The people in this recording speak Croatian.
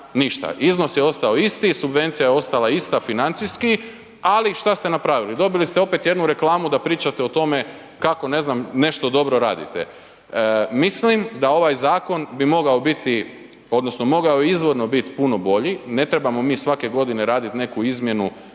Iznos je ostao isti, subvencija je ostala ista financijski ali šta ste napravili? Dobili ste opet jednu reklamu da pričate o tome kako ne znam, nešto dobro radite. Mislim da ovaj zakon bi mogao biti odnosno mogao je izvorno biti puno bolji, ne trebamo mi svake godine radit neku izmjenu